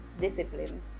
discipline